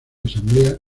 asamblea